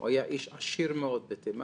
הוא היה איש עשיר מאוד בתימן,